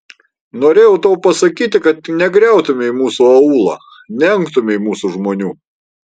norėjau tau pasakyti kad negriautumei mūsų aūlo neengtumei mūsų žmonių